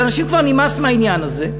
לאנשים כבר נמאס מהעניין הזה,